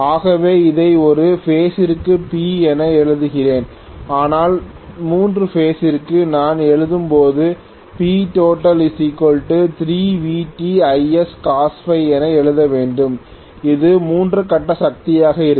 ஆகவே இதை ஒரு பேஸ் ற்கு P என எழுதுகிறேன் ஆனால் 3 பேஸ் களுக்கு நான் எழுதும் போது Ptotal3VtIscos Φ என எழுத வேண்டும் இது 3 பேஸ் சக்தியாக இருக்கும்